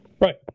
Right